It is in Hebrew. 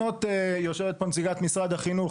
יושבת כאן נציגת משרד החינוך,